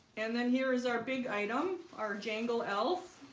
and then here is our big item our jangle elf